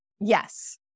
Yes